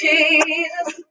Jesus